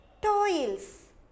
Toils